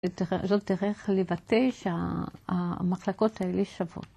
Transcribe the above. זאת דרך לבטא שהמחלקות האלה שוות.